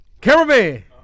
Cameraman